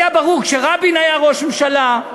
היה ברור כשרבין היה ראש ממשלה,